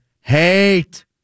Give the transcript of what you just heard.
hate